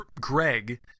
Greg